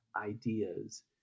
ideas